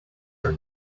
are